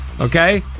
Okay